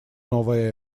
новая